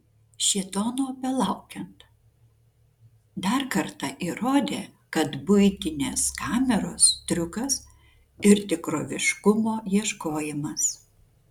šėtono belaukiant dar kartą įrodė kad buitinės kameros triukas ir tikroviškumo ieškojimas